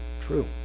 true